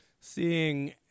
Seeing